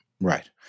Right